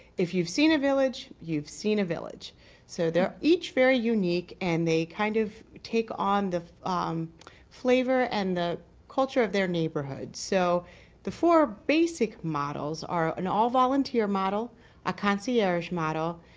if you've seen a village you've seen a village so that each very unique and they kind of take on the flavor and the culture of their neighborhood. so the four basic models are an all-volunteer model a concierge model,